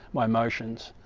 my emotions